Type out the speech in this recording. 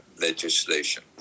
legislation